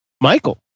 Michael